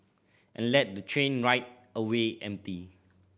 and let the train ride away empty